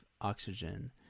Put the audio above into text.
oxygen